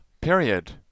period